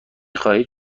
خواهید